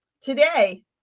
today